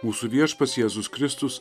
mūsų viešpats jėzus kristus